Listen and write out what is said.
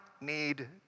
need